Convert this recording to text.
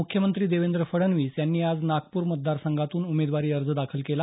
मुख्यमंत्री देवेंद्र फडणवीस यांनी आज नागपूर मतदार संघातून उमेदवारी अर्ज दाखल केला